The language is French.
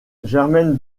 germaine